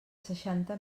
seixanta